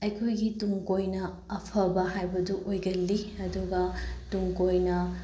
ꯑꯩꯈꯣꯏꯒꯤ ꯇꯨꯡ ꯀꯣꯏꯅ ꯑꯐꯕ ꯍꯥꯏꯕꯗꯨ ꯑꯣꯏꯒꯜꯂꯤ ꯑꯗꯨꯒ ꯇꯨꯡ ꯀꯣꯏꯅ